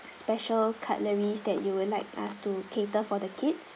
special cutleries that you would like us to cater for the kids